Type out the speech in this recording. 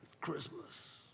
Christmas